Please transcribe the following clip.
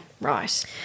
Right